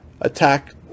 attack